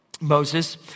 Moses